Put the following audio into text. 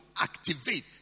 activate